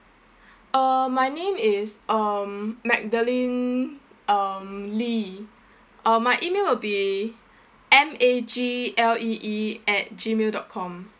uh my name is um magdalene um lee um my email will be M A G L E E at gmail dot com